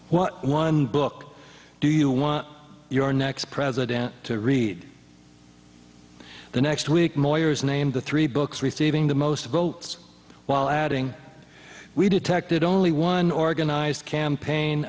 what one book do you want your next president to read the next week moyers named the three books receiving the most votes while adding we detected only one organized campaign